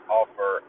offer